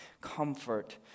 comfort